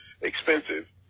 Expensive